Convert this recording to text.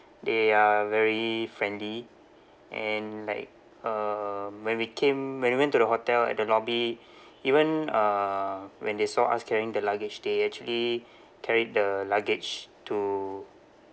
they are very friendly and like um when we came when we went to the hotel at the lobby even uh when they saw us carrying the luggage they actually carried the luggage to